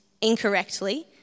incorrectly